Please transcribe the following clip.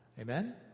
Amen